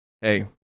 hey